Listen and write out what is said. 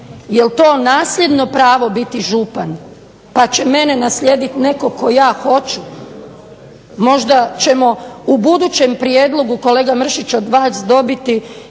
Jel' to nasljedno pravo biti župan? Pa će mene naslijediti netko tko ja hoću. Možda ćemo u budućem prijedlogu kolega Mršić od vas dobiti